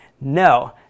no